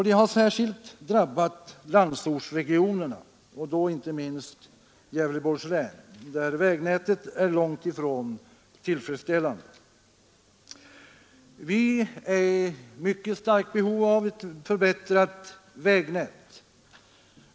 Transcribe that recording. Den har särskilt drabbat landsortsregionerna — inte minst Gävleborgs län, där vägnätet är långt ifrån tillfredsställande. Vi är i mycket starkt behov av ett förbättrat vägnät.